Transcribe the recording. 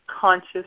conscious